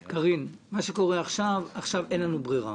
קארין, מה שקורה זה שעכשיו אין לנו ברירה.